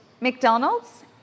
McDonald's